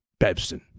Bebson